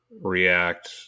react